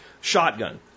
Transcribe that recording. Shotgun